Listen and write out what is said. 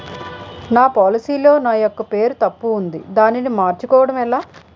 నా పోలసీ లో నా యెక్క పేరు తప్పు ఉంది దానిని మార్చు కోవటం ఎలా?